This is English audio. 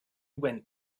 went